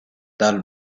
dal